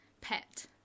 pet